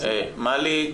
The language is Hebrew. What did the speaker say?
מלי,